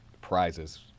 prizes